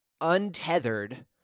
untethered